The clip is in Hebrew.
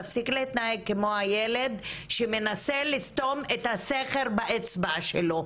תפסיק להתנהג כמו הילד שמנסה לסתום את הסכר באצבע שלו.